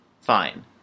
fine